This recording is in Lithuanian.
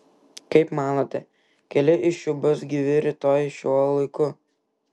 kaip manote keli iš jų bus gyvi rytoj šiuo laiku